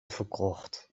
verkocht